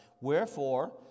Wherefore